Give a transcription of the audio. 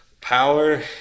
power